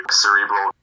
cerebral